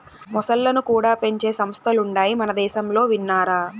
మొసల్లను కూడా పెంచే సంస్థలుండాయి మనదేశంలో విన్నారా